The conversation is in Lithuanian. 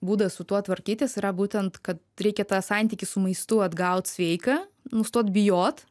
būdas su tuo tvarkytis yra būtent kad reikia tą santykį su maistu atgaut sveiką nustot bijot